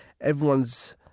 Everyone's